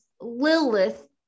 Lilith